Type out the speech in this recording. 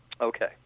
Okay